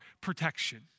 protection